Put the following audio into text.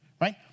right